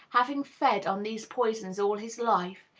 having fed on these poisons all his life,